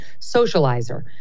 Socializer